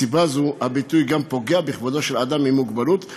מסיבה זו הביטוי גם פוגע בכבודו של אדם עם מוגבלות,